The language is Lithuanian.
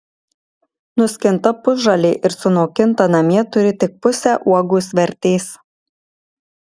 nuskinta pusžalė ir sunokinta namie turi tik pusę uogos vertės